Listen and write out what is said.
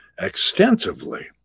extensively